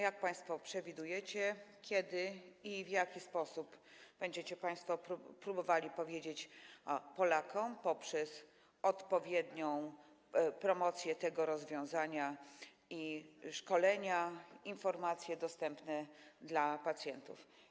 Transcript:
Jak państwo przewidujecie, kiedy i w jaki sposób będziecie państwo próbowali powiedzieć o tym Polakom poprzez odpowiednią promocję tego rozwiązania, szkolenia i informacje dostępne dla pacjentów?